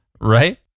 right